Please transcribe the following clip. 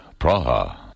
Praha